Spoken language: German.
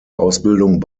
ausbildung